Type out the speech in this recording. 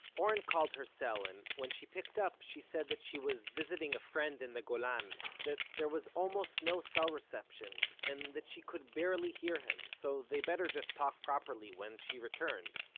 oren called her cell, and when she picked up, she said that she was visiting a friend in the golan, that there was almost no reception and that she could barely hear him, so they better just talk properly when she returned,